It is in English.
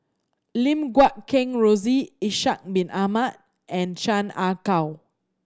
Lim Guat Kheng Rosie Ishak Bin Ahmad and Chan Ah Kow